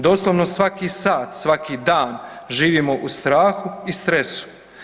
Doslovno svaki sat, svaki dan živimo u strahu i stresu.